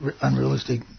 unrealistic